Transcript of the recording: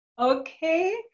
okay